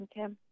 Okay